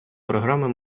програми